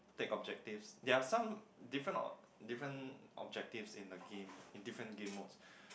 take objectives there are some different uh different objectives in the game in different game modes